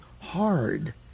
hard